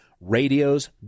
radio's